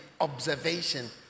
observation